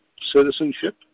citizenship